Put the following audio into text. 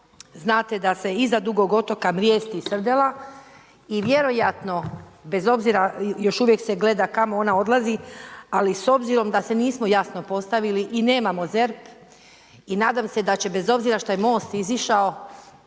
znate da se iza Dugog otoka mrijesti srdela i vjerojatno bez obzira, još uvijek se gleda kamo ona odlazi, ali s obzirom da se nismo jasno postavili i nemamo ZERP i nadam se da će bez obzira što je MOST izišao,